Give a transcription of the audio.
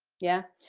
yeah,